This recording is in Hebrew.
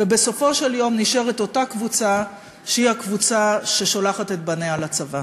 ובסופו של יום נשארת אותה קבוצה שהיא הקבוצה ששולחת את בניה לצבא.